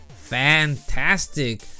fantastic